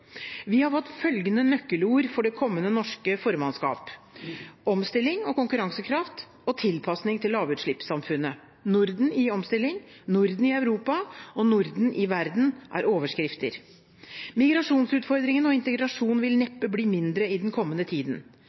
har fått følgende nøkkelord for det kommende norske formannskap: omstilling og konkurransekraft og tilpasning til lavutslippssamfunnet. Norden i omstilling, Norden i Europa og Norden i Verden er overskrifter. Migrasjonsutfordringene og integrasjon vil neppe bli mindre i den kommende tiden.